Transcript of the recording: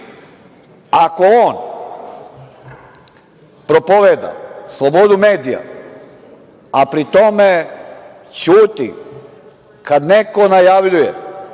ako on propoveda slobodu medija, a pri tome ćuti kada neko najavljuje